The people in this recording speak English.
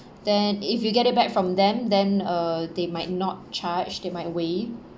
then if you get it back from them then uh they might not charge they might waive